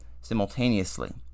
simultaneously